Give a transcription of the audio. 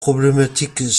problématiques